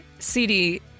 CD